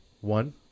One